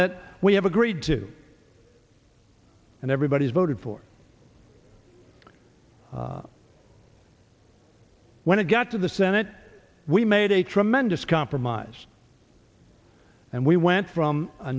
that we have agreed to and everybody's voted for when it got to the senate we made a tremendous compromise and we went from a